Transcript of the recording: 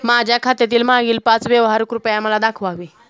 माझ्या खात्यातील मागील पाच व्यवहार कृपया मला दाखवावे